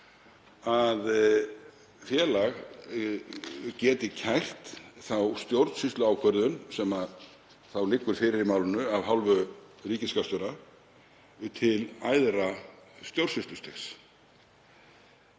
að félag geti kært þá stjórnsýsluákvörðun sem liggur fyrir í málinu af hálfu ríkisskattstjóra til æðra stjórnsýslustigs.